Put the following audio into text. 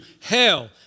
hell